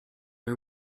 are